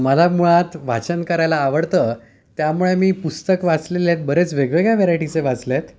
मला मुळात वाचन करायला आवडतं त्यामुळे मी पुस्तक वाचलेले आहेत बरेच वेगवेगळ्या व्हेरायटीचे वाचले आहेत